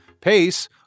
Pace